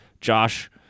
Josh